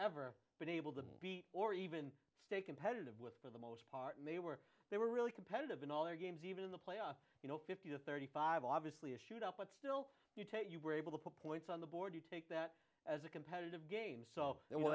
ever been able to beat or even stay competitive with part and they were they were really competitive in all their games even in the playoffs you know fifty to thirty five obviously a shootout but still you take it you were able to put points on the board you take that as a competitive game so